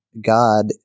God